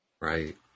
Right